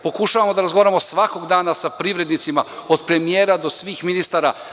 Pokušavamo da razgovaramo svakog dana sa privrednicima, od premijera do svih ministara.